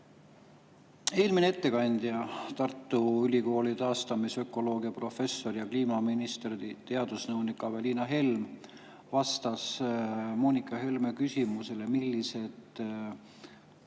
Eelmine ettekandja, Tartu Ülikooli taastamisökoloogia professor ja kliimaministri teadusnõunik Aveliina Helm vastas Moonika Helme küsimusele, millised